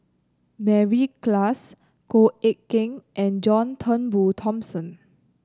Mary Klass Goh Eck Kheng and John Turnbull Thomson